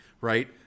right